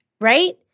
right